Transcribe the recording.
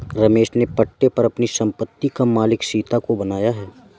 रमेश ने पट्टे पर अपनी संपत्ति का मालिक सीता को बनाया है